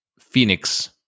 Phoenix